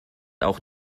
auch